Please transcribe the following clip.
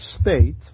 state